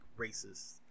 racist